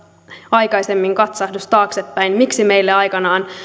aikaisemmin katsahdus taaksepäin miksi meille aikanaan